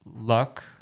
luck